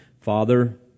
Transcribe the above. Father